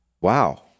Wow